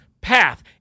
path